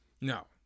No